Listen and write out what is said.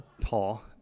Paul